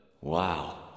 Wow